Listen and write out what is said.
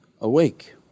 awake